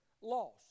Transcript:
lost